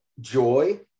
Joy